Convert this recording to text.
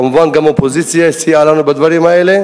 כמובן גם האופוזיציה סייעה לנו בדברים האלה,